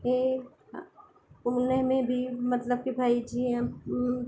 हे उनमें बि मतिलबु कि भई जीअं